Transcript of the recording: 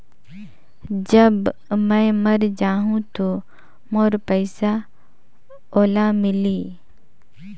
जब मै मर जाहूं तो मोर पइसा ओला मिली?